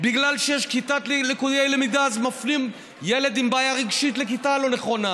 בגלל שיש כיתת לקויי למידה אז מפנים ילד עם בעיה רגשית לכיתה הלא-נכונה,